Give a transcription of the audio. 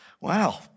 Wow